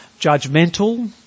judgmental